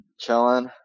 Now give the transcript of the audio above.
Chilling